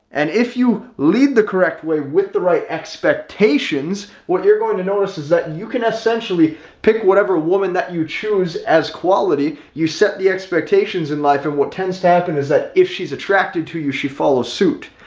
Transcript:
and if you lead the correct way, with the right expectations, what you're going to notice is that you can essentially pick whatever woman that you choose as quality, you set the expectations in life. and what tends to happen is that if she's attracted to you, she follows suit.